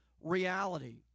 reality